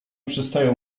przestają